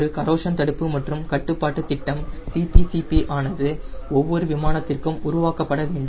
ஒரு கரோஷன் தடுப்பு மற்றும் கட்டுப்பாட்டு திட்டம் CPCP ஆனது ஒவ்வொரு விமானத்திற்கும் உருவாக்கப்பட வேண்டும்